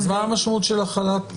אז מה המשמעות של החלת 3ה?